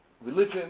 religion